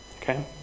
Okay